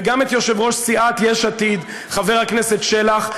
וגם את יושב-ראש סיעת יש עתיד חבר הכנסת שלח,